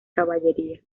caballería